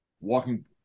walking